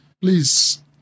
Please